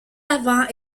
avant